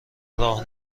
راه